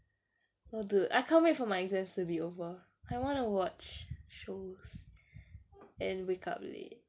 oh dude I can't wait for my exams to be over I wanna watch shows and wake up late